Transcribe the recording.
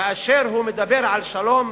כאשר הוא מדבר על שלום,